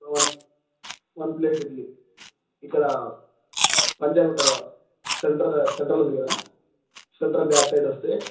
one one plate idli ఇక్కడ పంచా గట సెంటర్ సెంట్రల్ ఉంది కదా సెంట్రల్ బ్యాక్ సైడ్ వస్తే